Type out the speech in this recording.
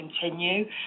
continue